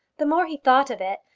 the more he thought of it,